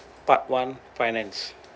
part one finance